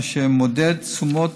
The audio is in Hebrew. אשר מודד תשומות